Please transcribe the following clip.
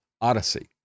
Odyssey